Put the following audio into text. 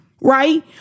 right